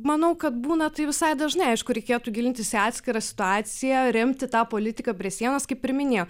manau kad būna tai visai dažnai aišku reikėtų gilintis į atskirą situaciją remti tą politiką prie sienos kaip ir minėjau